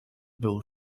był